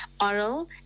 oral